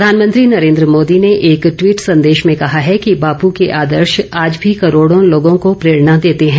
प्रधानमंत्री नरेन्द्र मोदी ने एक ट्वीट संदेश में कहा है कि बापू के आदर्श आज भी करोडों लोगों को प्रेरणा देते हैं